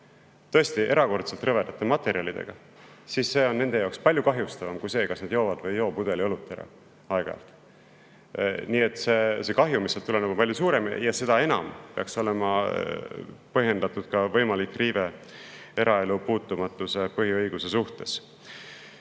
tõesti erakordselt rõvedate materjalidega, siis see on nende jaoks palju kahjustavam kui see, kui nad jooksid aeg-ajalt ära pudeli õlut. Nii et see kahju, mis sealt tuleb, on palju suurem. Seda enam peaks olema põhjendatud ka võimalik eraelu puutumatuse põhiõiguse riive.